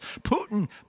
Putin